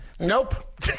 Nope